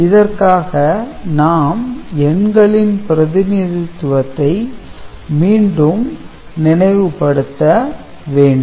இதற்காக நாம் எண்களின் பிரதிநிதித்துவத்தை மீண்டும் நினைவுபடுத்த வேண்டும்